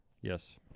Yes